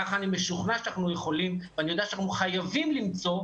ככה אני משוכנע שאנחנו יכולים ואני יודע שאנחנו חייבים למצוא